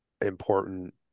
important